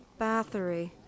Bathory